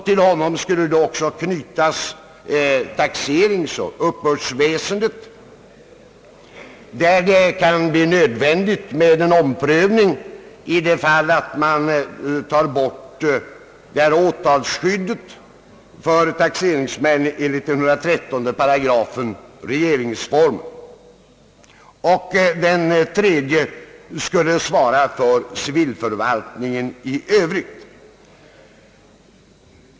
Till honom skall även knytas taxeringsoch uppbördsväsendet, där det kan bli nödvändigt med en omprövning i det fall att man tar bort åtalsskyddet för taxeringsmän enligt 113 § regeringsformen. Den tredje ombudsmannen skall svara för civilförvaltningen i övrigt.